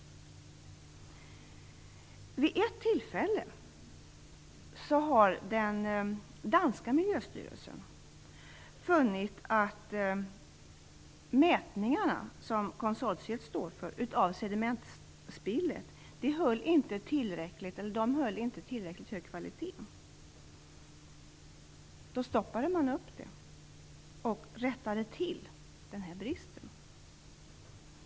Vid ett tillfälle fann den danska miljöstyrelsen att de mätningar av sedimentspillet som konsortiet genomför inte höll tillräckligt hög kvalitet. Man stoppade då mätningarna och rättade till det som hade brustit.